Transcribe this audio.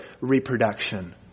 reproduction